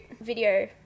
video